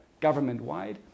government-wide